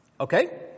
Okay